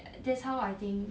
that's how I think